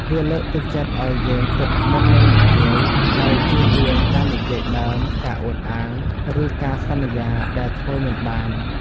វាលើកទឹកចិត្តឲ្យយើងគិតមុននឹងនិយាយ ហើយជៀសវាងការនិយាយដើម ការអួតអាង ឬការសន្យាដែលធ្វើមិនបាន។